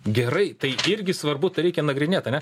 gerai tai irgi svarbu tai reikia nagrinėt ane